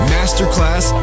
Masterclass